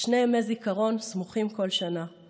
"שני ימי זיכרון סמוכים כל שנה /